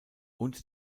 und